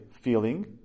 feeling